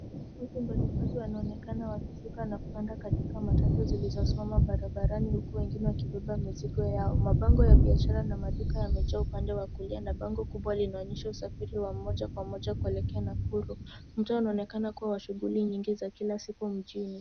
Watu mablimbali wanaonekana wakishuka na kupanda katika matatu zilizosimama barabarani huku wengine wakibeba mizigo yao. Mabango ya biashara na maduka yamejaa upande wa kulia na bango kubwa linaonyesha usafiri wa moja kwa moja kuelekea Nakuru. Mtaa unaonekana kuwa wa shughuli nyingi za kila siku mjini.